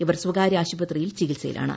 ഇവർ സ്വകാര്യ ആശുപത്രിയിൽ ചികിത്സയിലാണ്